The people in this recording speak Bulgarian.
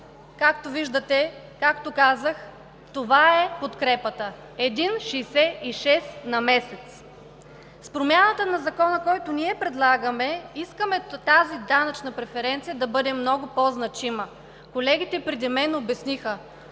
в България, както казах, това е подкрепата – 1,66 лв. на месец. С промяната на Закона, който ние предлагаме, искаме тази данъчна преференция да бъде много по-значима. Колегите преди мен обясниха,